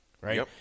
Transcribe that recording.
Right